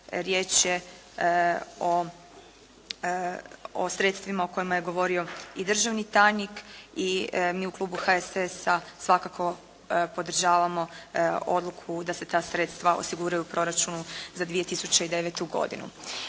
riječ je o sredstvima o kojima je govorio i državni tajnik i mi u klubu HSS-a svakako podržavamo odluku da se ta sredstva osiguraju u proračunu za 2009. godinu.